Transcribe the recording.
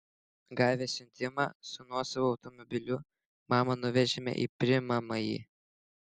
gavę siuntimą su nuosavu automobiliu mamą nuvežėme į priimamąjį